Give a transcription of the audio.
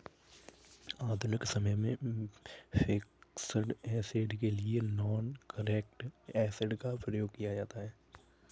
आधुनिक समय में फिक्स्ड ऐसेट के लिए नॉनकरेंट एसिड का प्रयोग किया जाता है